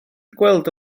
gweld